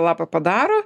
lapą padaro